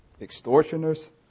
extortioners